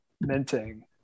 minting